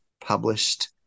published